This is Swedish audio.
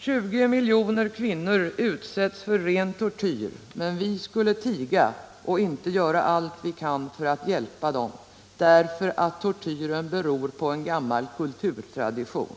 20 miljoner kvinnor utsätts för ren tortyr, men vi skulle tiga och inte göra allt vi kan för att hjälpa dem, därför att tortyren beror på en gammal kulturtradition!